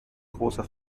großer